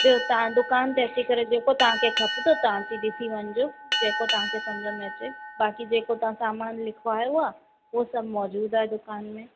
ॿियो तव्हां दुकान ते अची करे जेको तव्हांखे खपंदो तव्हां अची ॾिसी वञिजो जेको तव्हांखे सम्झ में अचे बाक़ी जेको तव्हां सामान लिखवायो आहे उहो सभु मौजूद आहे दुकान में